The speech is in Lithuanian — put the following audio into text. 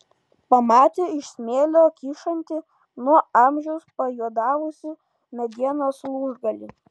pamatė iš smėlio kyšantį nuo amžiaus pajuodavusį medienos lūžgalį